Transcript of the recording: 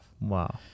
Wow